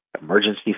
emergency